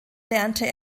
lernte